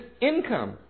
income